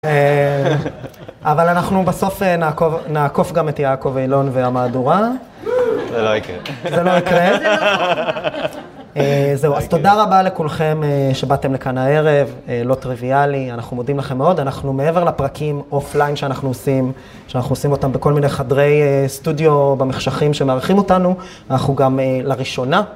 אבל אנחנו בסוף נעקוף גם את יעקב אילון והמהדורה. זה לא יקרה. זה לא יקרה. זהו, אז תודה רבה לכולכם שבאתם לכאן הערב, לא טריוויאלי, אנחנו מודים לכם מאוד, אנחנו מעבר לפרקים אוף-ליין שאנחנו עושים, שאנחנו עושים אותם בכל מיני חדרי סטודיו, במחשכים שמארחים אותנו, אנחנו גם לראשונה.